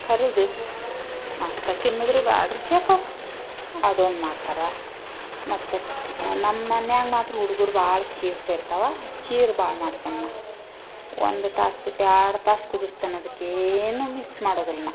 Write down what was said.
ಕರುದು ಮಸ್ತ ತಿನ್ನುದು ರಿ ಭಾಳ್ ರುಚಿ ಆಕವು ಅದೊಂದು ಮಾಡ್ತಾರೆ ಮತ್ತೆ ಅಕ್ಕಿ ನಮ್ಮ ಮನ್ಯಾಗೆ ಮಾತ್ರು ಹುಡ್ಗುರು ಭಾಳ ಖೀರ್ ಸೇರ್ತವಾ ಖೀರ್ ಭಾಳ್ ಮಾಡ್ತೆನಿ ನ ಒಂದು ತಾಸು ಬಿಟ್ಟು ಎರಡು ತಾಸು ಕುದಿಸ್ತೇನೆ ಅದಕ್ಕೆ ಏನು ಮಿಕ್ಸ್ ಮಾಡೋದಿಲ್ಲ ನ